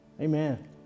Amen